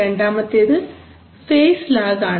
രണ്ടാമത്തേത് phase lag ആണ്